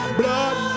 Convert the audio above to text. blood